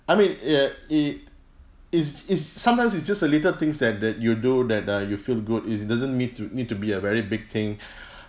I mean uh it it's it's sometimes it's just the little things that that you do that uh you feel good it doesn't need to need to be a very big thing